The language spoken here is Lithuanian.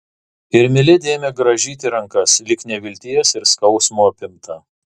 ir miledi ėmė grąžyti rankas lyg nevilties ir skausmo apimta